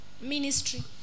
ministry